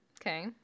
Okay